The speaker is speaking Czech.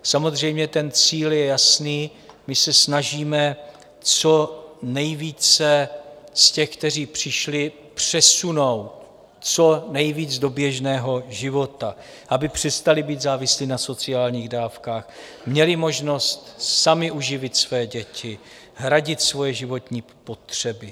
Samozřejmě, ten cíl je jasný, my se snažíme co nejvíce z těch, kteří přišli, přesunout co nejvíc do běžného života, aby přestali být závislí na sociálních dávkách, měli možnost sami uživit své děti, hradit svoje životní potřeby.